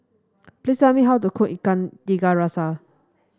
please tell me how to cook Ikan Tiga Rasa